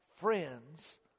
friends